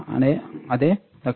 అదే లక్ష్యం